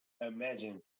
Imagine